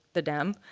the dam,